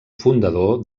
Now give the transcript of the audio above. fundador